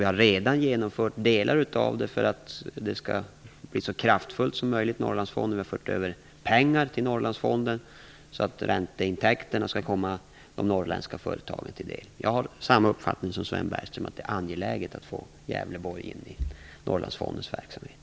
Vi har redan genomfört delar av det här för att Norrlandsfonden skall bli så kraftfull som möjligt. Vi har fört över pengar till Norrlandsfonden så att ränteintäkterna skall komma de norrländska företagen till del. Jag har samma uppfattning som Sven Bergström, nämligen att det är angeläget att få med Gävleborg i